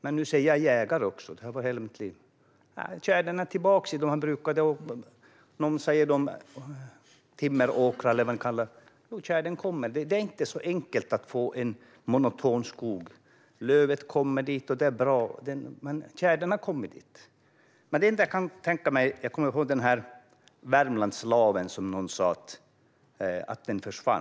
Men jag har också varit jägare hela mitt liv och kan se att tjädern är tillbaka i de brukade skogarna, timmeråkrarna eller vad man kallar dem. Tjädern kommer. Det är inte så enkelt att få en monoton skog. Lövträden kommer dit, och det är bra. Men tjädern har kommit dit. Det enda jag kan tänka på är värmlandslaven, som någon sa försvann.